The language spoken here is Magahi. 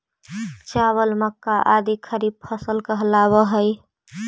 चावल, मक्का आदि खरीफ फसल कहलावऽ हइ